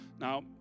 Now